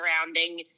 surrounding